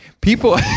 People